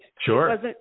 Sure